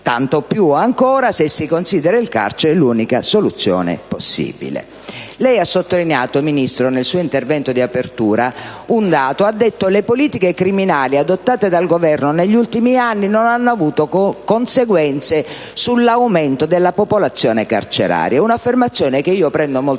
tanto più ancora se si considera il carcere l'unica soluzione possibile. Signor Ministro, lei ha sottolineato nel suo intervento d'apertura che le politiche criminali adottate dal Governo negli ultimi anni non hanno avuto conseguenze sull'aumento della popolazione carceraria. È un'affermazione che prendo molto sul